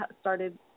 started